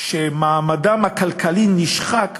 שמעמדם הכלכלי נשחק,